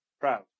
proud